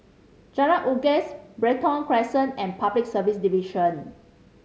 Jalan Unggas Brighton Crescent and Public Service Division